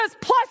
plus